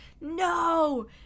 no